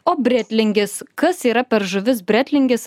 o bretlingės kas yra per žuvis bretlingės